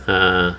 ah